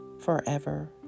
forever